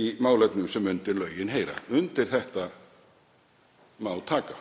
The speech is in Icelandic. í málefnum sem undir lögin heyra.“ — Og undir þetta má taka.